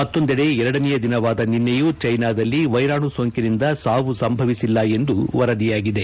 ಮತ್ತೊಂದೆಡೆ ಎರಡನೇಯ ದಿನವಾದ ನಿನ್ನೆಯೂ ಚೀನಾದಲ್ಲಿ ವೈರಾಣು ಸೋಂಕಿನಿಂದ ಸಾವು ಸಂಭವಿಸಿಲ್ಲ ಎಂದು ವರದಿಯಾಗಿದೆ